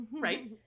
Right